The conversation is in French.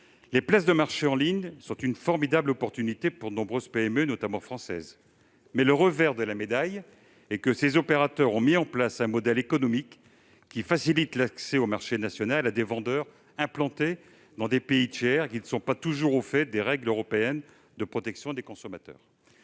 Les places de marché en ligne sont une formidable opportunité pour de nombreuses PME, notamment françaises. Le revers de la médaille est qu'en développant ce modèle économique on facilite l'accès à notre marché national de vendeurs implantés dans des pays tiers, qui ne sont pas toujours au fait des règles européennes de protection des consommateurs.